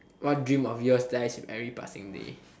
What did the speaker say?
what dreams of yours die with every passing day